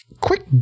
Quick